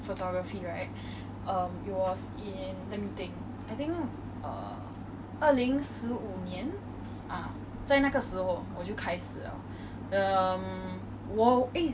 我记得我记得我每次都是你的模特儿 everytime you ask me to go out I already know I already know you'll be taking pictures of me